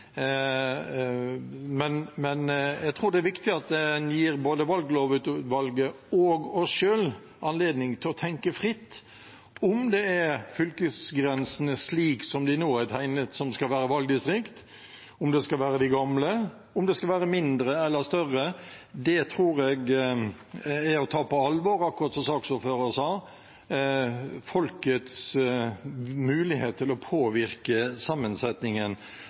Jeg tror det er viktig at en gir både valglovutvalget og oss selv anledning til å tenke fritt om det er fylkesgrensene, slik de nå er tegnet, som skal være valgdistrikt, om det skal være de gamle, og om de skal være mindre eller større. Det tror jeg er å ta på alvor, akkurat som saksordføreren sa, folkets mulighet til å påvirke sammensetningen.